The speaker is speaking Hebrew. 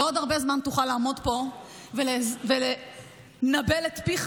לא עוד הרבה זמן תוכל לעמוד פה ולנבל את פיך